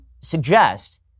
suggest